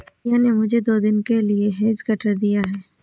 भैया ने मुझे दो दिन के लिए हेज कटर दिया है